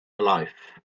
alive